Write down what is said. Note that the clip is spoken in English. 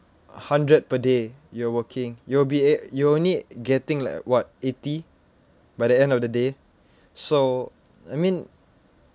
hundred per day you're working you'll be ab~ you're only getting like what eighty by the end of the day so I mean